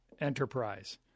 Enterprise